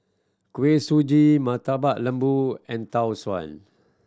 Kuih Suji Murtabak Lembu and Tau Suan